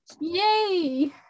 Yay